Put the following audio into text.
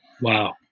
Wow